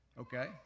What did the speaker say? Okay